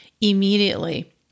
immediately